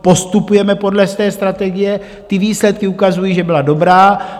Postupujeme podle té strategie, výsledky ukazují, že byla dobrá.